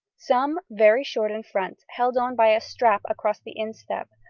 some very short in front, held on by a strap across the instep,